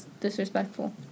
disrespectful